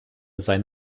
sein